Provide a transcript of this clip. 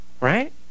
right